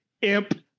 imp